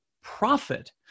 profit